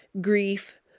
grief